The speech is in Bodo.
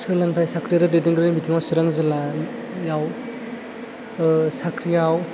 सोलोंथाइ साख्रि आरो दैदेनग्रा बिथिङाव सिरां जिल्लायाव साख्रियाव